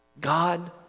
God